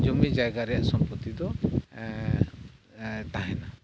ᱡᱩᱢᱤ ᱡᱟᱭᱜᱟ ᱨᱮᱭᱟᱜ ᱥᱚᱢᱯᱚᱛᱛᱤ ᱫᱚ ᱛᱟᱦᱮᱱᱟ